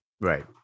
Right